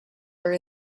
are